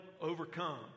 overcome